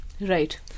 Right